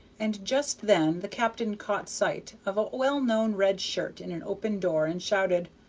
and just then the captain caught sight of a well-known red shirt in an open door, and shouted,